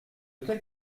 quelle